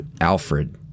Alfred